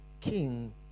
king